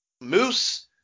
Moose